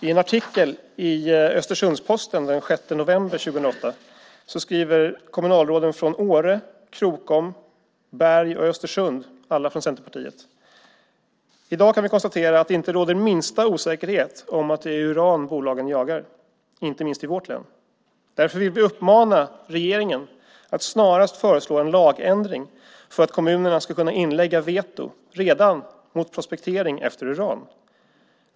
I en artikel i Östersunds-Posten den 6 november 2008 skriver kommunalråden från Åre, Krokom, Berg och Östersund, alla från Centerpartiet: I dag kan vi konstatera att det inte råder minsta osäkerhet om att det är uran bolagen jagar, inte minst i vårt län. Därför vill vi uppmana regeringen att snarast föreslå en lagändring för att kommunerna ska kunna inlägga veto redan mot prospektering efter uran.